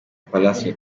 palace